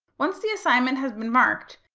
once the assignment has been marked,